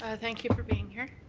ah thank you for being here.